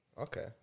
Okay